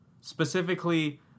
specifically